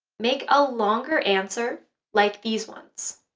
make a longer answer like these ones.